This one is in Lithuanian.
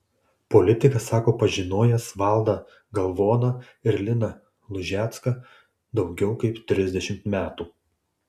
politikas sako pažinojęs valdą galvoną ir liną lužecką daugiau kaip trisdešimt metų